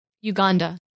Uganda